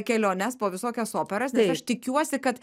keliones po visokias operas ir aš tikiuosi kad